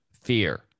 fear